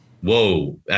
Whoa